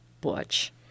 butch